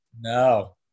no